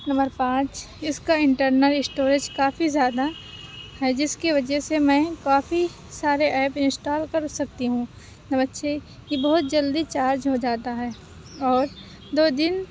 number پانچ اِس کا انٹرنل اسٹوریج کافی زیادہ ہے جس کی وجہ سے میں کافی سارے ایپ انسٹال کر سکتی ہوں نمبر چھ یہ بہت جلدی چارج ہو جاتا ہے اور دو دِن